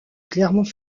clermont